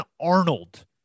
Arnold